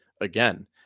again